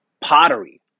Pottery